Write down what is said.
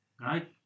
right